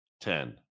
Ten